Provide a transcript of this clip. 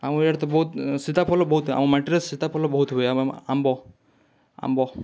ଆମ ଇଆଡ଼େ ତ ବହୁତ୍ ସିତା ଫଲ୍ ବହୁତ୍ ଆମ ମାଟିରେ ସିତା ଫଲ୍ ବହୁତ୍ ହୁଏ ଆମେ ଆମ୍ବ ଆମ୍ବ